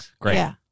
Great